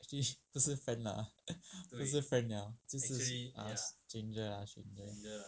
actually 不是 friend lah 不是 friend liao 就是 stranger ah stranger